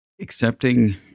accepting